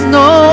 no